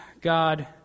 God